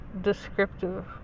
descriptive